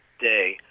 day